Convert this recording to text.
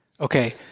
Okay